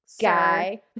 guy